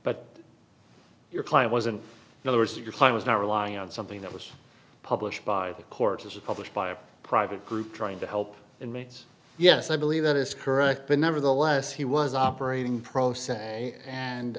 but your client wasn't in other words your claim was not relying on something that was published by the courts as a published by a private group trying to help inmates yes i believe that is correct but nevertheless he was operating pro se and